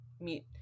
meet